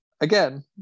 again